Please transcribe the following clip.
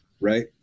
Right